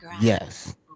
Yes